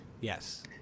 Yes